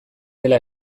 dela